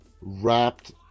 wrapped